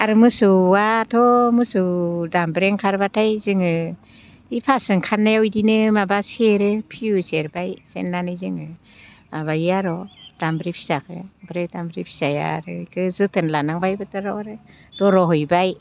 आरो मोसौआथ' मोसौ दामब्रे ओंखारबाथाय जोङो बे फार्स्ट ओंखारनायाव बिदिनो माबा सेरो फियु सेरबाय सेरनानै जोङो माबायो आरो दामब्रि फिसाखौ ओमफ्राय दामब्रि फिसाया आरो बेखौ जोथोन लानांबाय बोथोराव आरो दर' हैबाय